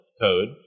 code